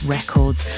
Records